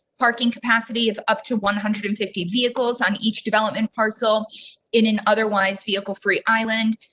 parking capacity of up to one hundred and fifty vehicles on each development parcel in an otherwise vehicle free island.